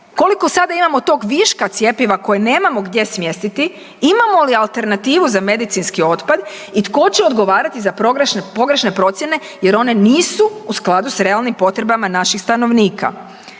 koliko sada imamo tog viška cjepiva koje nemamo gdje smjestiti, imamo li alternativu za medicinski otpad i tko će odgovarati za pogrešne procjene jer one nisu u skladu s realnim potrebama naših stanovnika?